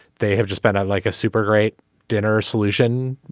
they have just been like a super great dinner solution.